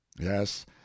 yes